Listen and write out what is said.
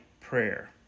prayer